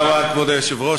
כבוד היושב-ראש,